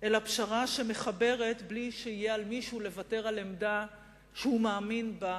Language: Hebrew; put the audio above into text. אלא פשרה שמחברת בלי שיהיה על מישהו לוותר על עמדה שהוא מאמין בה